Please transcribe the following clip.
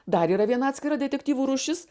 dar yra viena atskira detektyvų rūšis